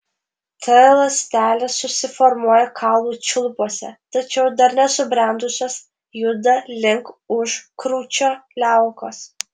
t ląstelės susiformuoja kaulų čiulpuose tačiau dar nesubrendusios juda link užkrūčio liaukos